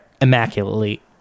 immaculately